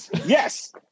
Yes